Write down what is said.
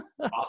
Awesome